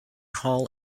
hall